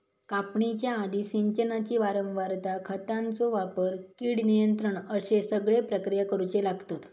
कापणीच्या आधी, सिंचनाची वारंवारता, खतांचो वापर, कीड नियंत्रण अश्ये सगळे प्रक्रिया करुचे लागतत